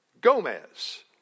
Gomez